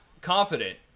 confident